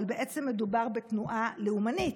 אבל בעצם מדובר בתנועה לאומנית.